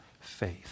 faith